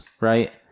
right